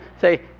say